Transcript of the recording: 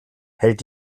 hält